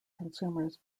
consumers